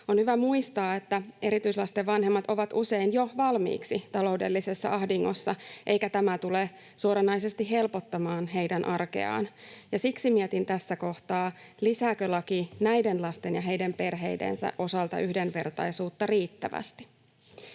On hyvä muistaa, että erityislasten vanhemmat ovat usein jo valmiiksi taloudellisessa ahdingossa, eikä tämä tule suoranaisesti helpottamaan heidän arkeaan, ja siksi mietin tässä kohtaa, lisääkö laki näiden lasten ja heidän perheidensä osalta yhdenvertaisuutta riittävästi.